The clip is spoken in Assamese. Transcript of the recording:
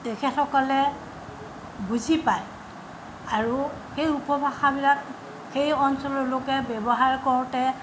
তেখেতসকলে বুজি পায় আৰু সেই উপভাষাবিলাক সেই অঞ্চলৰ লোকে ব্যৱহাৰ কৰোঁতে